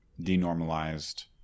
denormalized